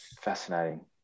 Fascinating